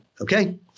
okay